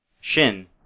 Shin